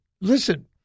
listen